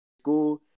school